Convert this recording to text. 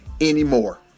anymore